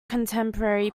contemporary